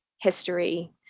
history